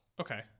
Okay